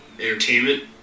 Entertainment